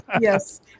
Yes